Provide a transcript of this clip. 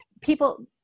people